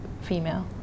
female